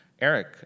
Eric